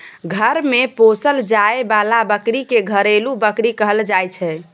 घर मे पोसल जाए बला बकरी के घरेलू बकरी कहल जाइ छै